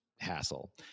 hassle